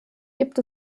gibt